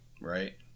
right